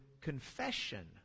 confession